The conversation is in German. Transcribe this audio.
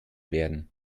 werden